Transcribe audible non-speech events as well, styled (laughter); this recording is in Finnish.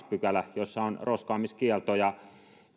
(unintelligible) pykälä kohta jossa on roskaamiskielto